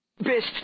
Best